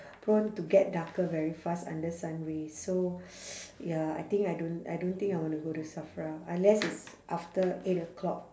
prone to get darker very fast under sun rays so ya I think I don't I don't think I want to go to safra unless it's after eight o'clock